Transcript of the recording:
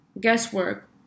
guesswork